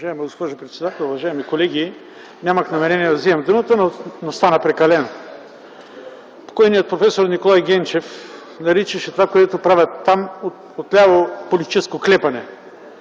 уважаеми колеги! Нямах намерение да вземам думата, но стана прекалено. Покойният проф. Николай Генчев наричаше това, което правят там, отляво, политическо клепане.